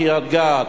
קריית-גת,